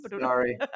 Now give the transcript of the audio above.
Sorry